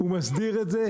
הוא מסדיר את זה.